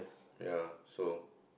ya so